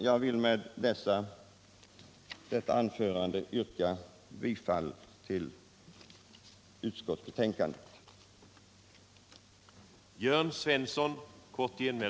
Med det anförda ber jag att få yrka bifall till vad finansutskottet hemställt i sina betänkanden 9 och 10.